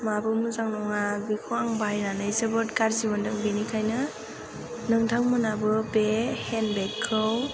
माबो मोजां नङा बेखौ आं बायनानै जोबोद गाज्रि मोन्दों बेनिखायनो नोंथांमोनाबो बे हेन्द बेगखौ